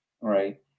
right